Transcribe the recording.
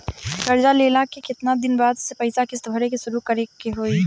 कर्जा लेला के केतना दिन बाद से पैसा किश्त भरे के शुरू करे के होई?